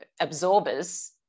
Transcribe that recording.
absorbers